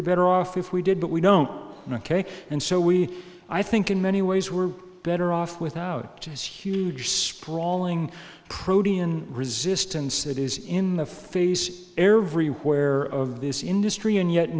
be better off if we did but we don't know ok and so we i think in many ways we're better off without this huge sprawling protean resistance that is in the face everywhere of this industry and yet